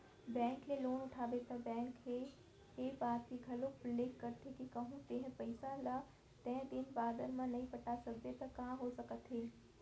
bank ले loan उठाबे त बेंक ह ए बात के घलोक उल्लेख करथे के कहूँ तेंहा पइसा ल तय दिन बादर म नइ पटा सकबे त का हो सकत हे